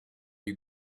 you